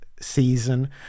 season